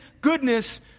goodness